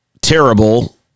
terrible